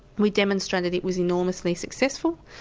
we demonstrated it was enormously successful,